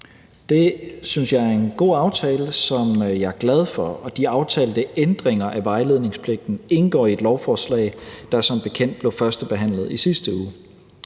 Det synes jeg er en god aftale, som jeg er glad for, og de aftalte ændringer af vejledningspligten indgår i et lovforslag, der som bekendt blev førstebehandlet i sidste uge.